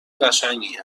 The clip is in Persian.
قشنگی